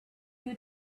you